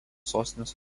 sostinės